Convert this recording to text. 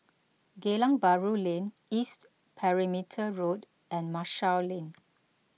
Geylang Bahru Lane East Perimeter Road and Marshall Lane